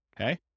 okay